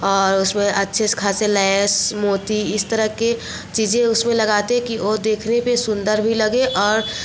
और उसमें अच्छे खासे लैस मोती इस तरह के चीज़ें उसमें लगाते हैं कि ओ देखने पे सुंदर भी लगे और